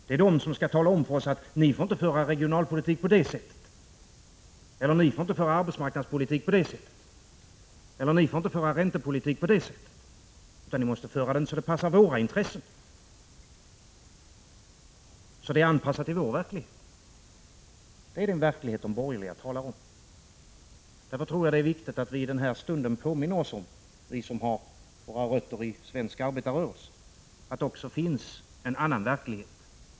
Det är de som skall tala om för oss att vi inte får föra regionalpolitik, arbetsmarknadspolitik eller räntepolitik på det eller det sättet. Politiken måste föras så, att det passar imperiernas intressen och verklighet. Detta är den verklighet som de borgerliga talar om. Därför tror jag att det är viktigt att vi i den här stunden påminner oss om — vi som har våra rötter i svensk arbetarrörelse — att det också finns en annan verklighet.